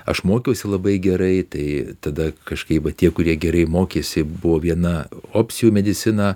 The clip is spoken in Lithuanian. aš mokiausi labai gerai tai tada kažkaip va tie kurie gerai mokėsi buvo viena opcijų medicina